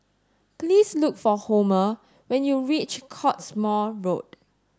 please look for Homer when you reach Cottesmore Road